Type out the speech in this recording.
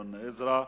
גדעון עזרא.